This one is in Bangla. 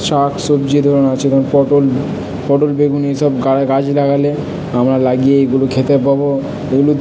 শাক সবজি ধরুন আছে যেমন পটল পটল বেগুন এসব গাছ লাগালে আমরা লাগিয়ে এইগুলো খেতে পাব এগুলো